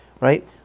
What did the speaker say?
Right